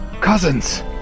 Cousins